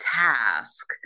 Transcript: task